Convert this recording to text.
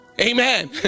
Amen